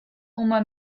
uma